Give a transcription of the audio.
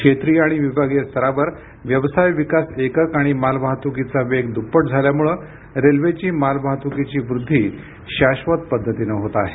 क्षेत्रिय आणि विभागीय स्तरावर व्यवसाय विकास एककं आणि माल वाहतुकीचा वेग दुप्पट झाल्यामुळे रेल्वेची माल वाहतुकीची वृद्धी शाश्वत पद्धतीने होत आहे